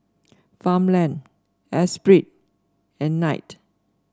Farmland Espirit and Knight